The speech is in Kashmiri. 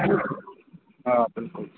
آ بِلکُل